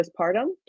postpartum